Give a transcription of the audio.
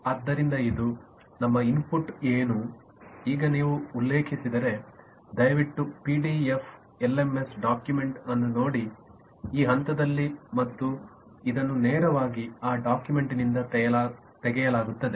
ಆದ್ದರಿಂದ ಇದು ನಮ್ಮ ಇನ್ಪುಟ್ ಏನು ಈಗ ನೀವು ಉಲ್ಲೇಖಿಸಿದರೆ ದಯವಿಟ್ಟು ಪಿಡಿಎಫ್ ಎಲ್ಎಂಎಸ್ ಡಾಕ್ಯುಮೆಂಟ್ ಅನ್ನು ನೋಡಿ ಈ ಹಂತದಲ್ಲಿ ಮತ್ತು ಇದನ್ನು ನೇರವಾಗಿ ಆ ಡಾಕ್ಯುಮೆಂಟ್ನಿಂದ ತೆಗೆಯಲಾಗುತ್ತದೆ